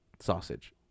Sausage